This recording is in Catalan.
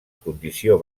condició